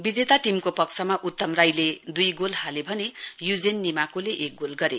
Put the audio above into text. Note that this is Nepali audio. विजेता टीमको पक्षमा उत्तम राईले दुई गोल हाले भने युजेन निमाकोले एक गोल गरे